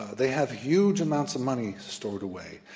they have huge amounts of money stored away.